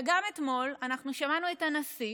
וגם אתמול אנחנו שמענו את הנשיא